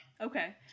Okay